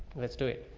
let's do it.